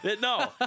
no